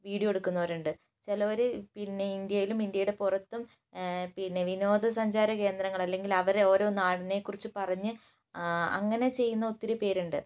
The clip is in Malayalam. വീഡിയോ എടുക്കുന്നവരുണ്ട് ചിലവർ പിന്നെ ഇന്ത്യയിലും ഇന്ത്യയുടെ പുറത്തും പിന്നെ വിനോദസഞ്ചാര കേന്ദ്രങ്ങൾ അല്ലെങ്കിൽ അവരെ ഓരോ നാടിനെക്കുറിച്ചു പറഞ്ഞ് അങ്ങനെ ചെയ്യുന്ന ഒത്തിരി പേരുണ്ട്